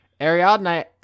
Ariadne